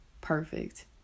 perfect